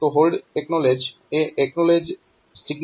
તો HLDA એ acknowledgement signal છે